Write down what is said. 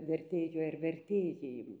vertėjui ar vertėjai